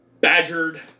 badgered